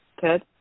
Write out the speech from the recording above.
Ted